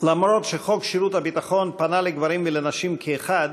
אף שחוק שירות ביטחון פונה לגברים ולנשים כאחד,